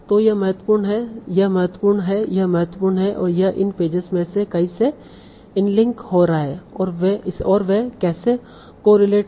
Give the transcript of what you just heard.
तो यह महत्वपूर्ण है यह महत्वपूर्ण है यह महत्वपूर्ण है और यह इन पेजस में से कई से इनलिंक हो रहा है और वे कैसे कोरिलेट हैं